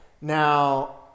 Now